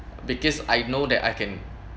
because I know that I can